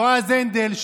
יועז הנדל,